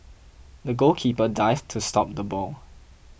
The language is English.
the goalkeeper dived to stop the ball